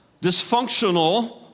dysfunctional